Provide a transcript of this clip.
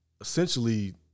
essentially